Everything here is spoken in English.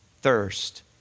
thirst